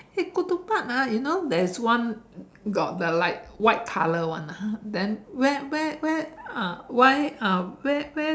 hey ketupat ah you know there's one got the like white colour one ah then where where where uh why uh where